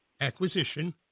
acquisition